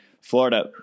Florida